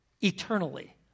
eternally